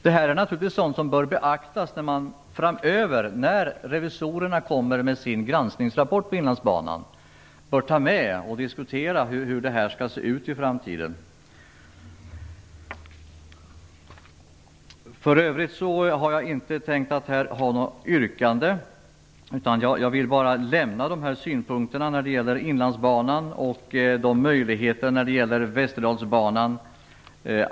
Detta är sådant som bör beaktas framöver när revisorerna kommer med sin granskningsrapport om Inlandsbanan. Man bör ta med och diskutera hur det här skall se ut i framtiden. För övrigt har jag inte tänkt att lägga fram något yrkande här. Jag vill bara lämna dessa synpunkter när det gäller Inlandsbanan och Västerdalsbanan.